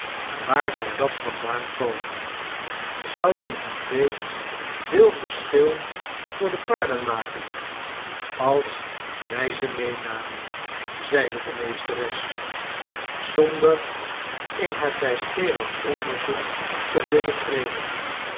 waar zou dat vandaan komen zouden die twee veel verschil voor de paarden maken als wij ze meenamen zeide de meesteres zonder in het wijsgeerig onderzoek te willen treden